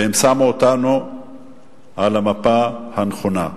והם שמו אותנו על המפה הנכונה.